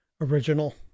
original